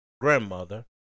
grandmother